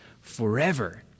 forever